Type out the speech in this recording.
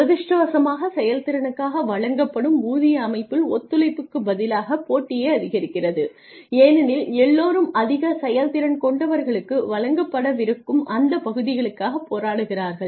துரதிர்ஷ்டவசமாக செயல்திறனுக்காக வழங்கப்படும் ஊதிய அமைப்பில் ஒத்துழைப்புக்கு பதிலாகப் போட்டியே அதிகரிக்கிறது ஏனெனில் எல்லோரும் அதிக செயல்திறன் கொண்டவர்களுக்கு வழங்கப்படவிருக்கும் அந்த பகுதிக்காகப் போராடுகிறார்கள்